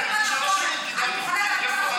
לך תלמד את החומר.